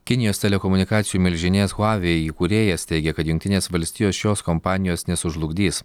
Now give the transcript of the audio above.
kinijos telekomunikacijų milžinės huavei įkūrėjas teigia kad jungtinės valstijos šios kompanijos nesužlugdys